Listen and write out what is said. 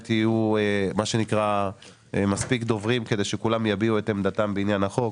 יהיו מספיק דוברים כדי שכולם יביעו את עמדתם בעניין החוק.